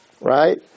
right